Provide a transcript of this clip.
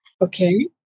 Okay